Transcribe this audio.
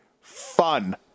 fun